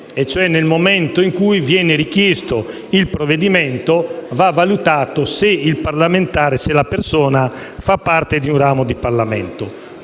Nel momento in cui viene richiesto il provvedimento, va valutato se la persona fa parte di un ramo del Parlamento.